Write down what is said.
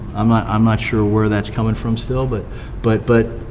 um i'm not sure where that's coming from still, but but but